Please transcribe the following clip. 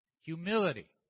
Humility